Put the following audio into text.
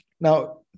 Now